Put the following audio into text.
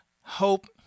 hope